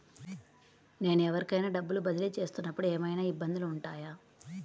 నేను ఎవరికైనా డబ్బులు బదిలీ చేస్తునపుడు ఏమయినా ఇబ్బందులు వుంటాయా?